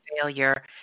failure